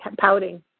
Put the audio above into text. pouting